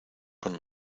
con